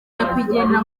nyakwigendera